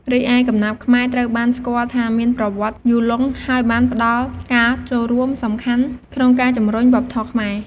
រីឯកំណាព្យខ្មែរត្រូវបានស្គាល់ថាមានប្រវត្តិយូរលង់ ហើយបានផ្តល់ការចូលរួមសំខាន់ក្នុងការជំរុញវប្បធម៌ខ្មែរ។